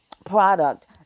product